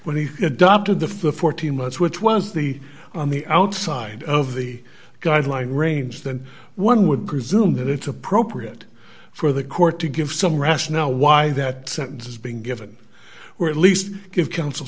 when he adopted the fourteen months which was the on the outside of the guideline range than one would presume that it's appropriate for the court to give some rationale why that sentence is being given or at least give coun